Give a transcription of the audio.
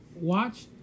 watch